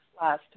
last